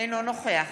אינו נוכח